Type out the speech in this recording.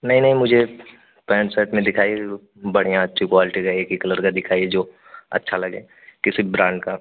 नहीं नहीं मुझे पैन्ट सर्ट में दिखाइए जो बढ़िया अच्छी क्वालटी रहे कि कलर का दिखाइए जो अच्छा लगे किसी ब्रांड का